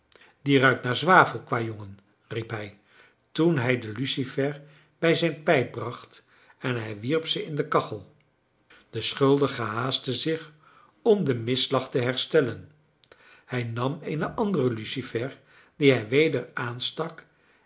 die ruikt naar zwavel kwajongen riep hij toen hij de lucifer bij zijn pijp bracht en hij wierp ze in de kachel de schuldige haastte zich om den misslag te herstellen hij nam eene andere lucifer die hij weder aanstak